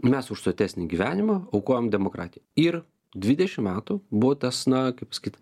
mes už sotesnį gyvenimą aukojam demokratiją ir dvidešimt metų buvo tas na kaip pasakyt